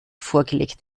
vorgelegt